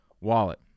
wallet